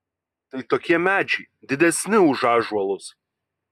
tai tokie medžiai didesni už ąžuolus